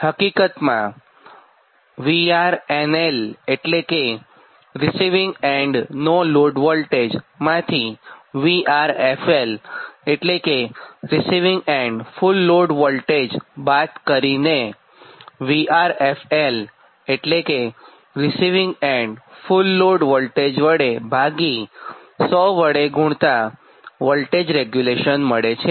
હકીકતમાં VRNL એટલે કે રીસિવીંગ એન્ડ નો લોડવોલ્ટેજ માંથી VRFL એટલે કે receiving end full load voltage બાદ કરીને VRFL એટલે કે receiving end full load voltage વડે ભાગી 100 વડે ગુણતાં વોલ્ટેજ રેગ્યુલેશન મળે છે